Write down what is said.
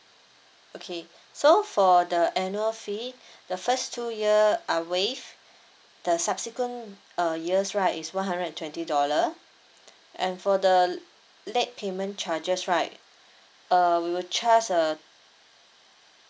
okay so for the annual fee the first two year are waived the subsequent uh years right is one hundred and twenty dollar and for the late payment charges right uh we will charge a